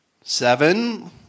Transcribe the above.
Seven